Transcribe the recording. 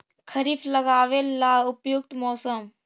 खरिफ लगाबे ला उपयुकत मौसम?